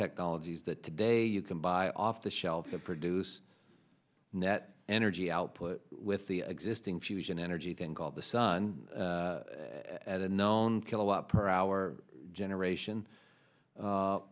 technologies that today you can buy off the shelf that produce net energy output with the existing fusion energy thing called the sun at a known kilowatt per hour generation